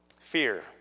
Fear